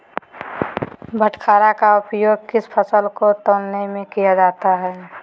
बाटखरा का उपयोग किस फसल को तौलने में किया जाता है?